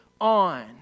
on